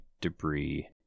debris